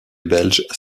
belges